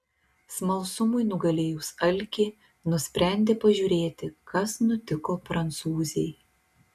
smalsumui nugalėjus alkį nusprendė pažiūrėti kas nutiko prancūzei